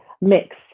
mix